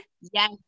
Yes